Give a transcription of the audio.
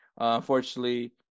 unfortunately